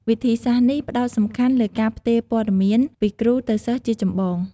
វិធីសាស្ត្រនេះផ្តោតសំខាន់លើការផ្ទេរព័ត៌មានពីគ្រូទៅសិស្សជាចម្បង។